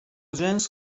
جنس